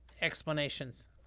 explanations